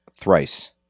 thrice